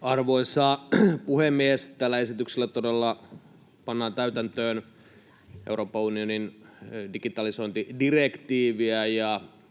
Arvoisa puhemies! Tällä esityksellä todella pannaan täytäntöön Euroopan unionin digitalisointidirektiiviä.